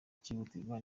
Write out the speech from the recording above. cyihutirwa